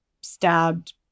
stabbed